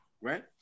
Right